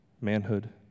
manhood